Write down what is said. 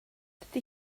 dydy